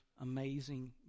amazing